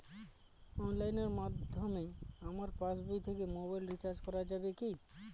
অনলাইনের মাধ্যমে আমার পাসবই থেকে মোবাইল রিচার্জ করা যাবে কি?